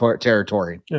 territory